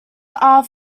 are